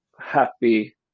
happy